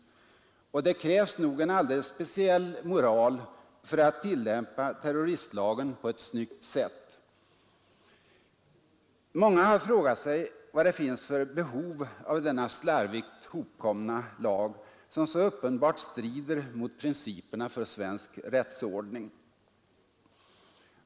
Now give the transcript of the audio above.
Och det krävs nog en alldeles speciell moral för att tillämpa terroristlagen på ett snyggt sätt. Många har frågat sig vad det finns för behov av denna slarvigt hopkommna lag, som så uppenbart strider mot principerna för svensk rättsordning.